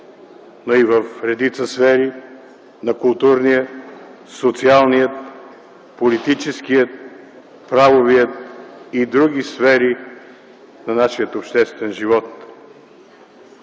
но и в редица сфери на културния, социалния, политическия, правовия и други сектори на нашия обществен живот.